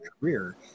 career